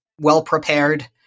well-prepared